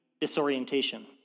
disorientation